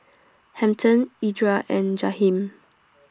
Hampton Edra and Jaheem